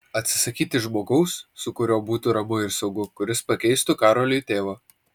atsisakyti žmogaus su kuriuo būtų ramu ir saugu kuris pakeistų karoliui tėvą